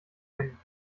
kennen